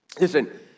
Listen